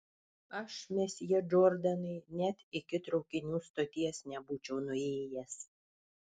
aš mesjė džordanai net iki traukinių stoties nebūčiau nuėjęs